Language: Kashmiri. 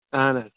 اَہن حظ